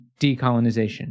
decolonization